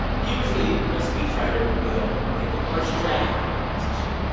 usually, a speechwriter will make a first draft for the politician.